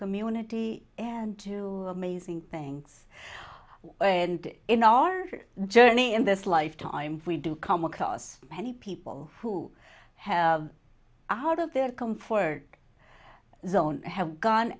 community and to amazing things and in our journey in this life time we do come across many people who have out of their comfort zone have gone